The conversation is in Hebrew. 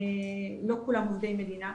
לא כולם עובדי מדינה,